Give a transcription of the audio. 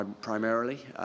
primarily